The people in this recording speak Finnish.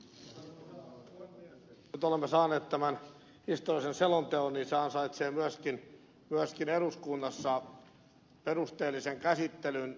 kun nyt olemme saaneet tämän historiallisen selonteon niin se ansaitsee myöskin eduskunnassa perusteellisen käsittelyn